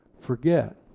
forget